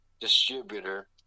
distributor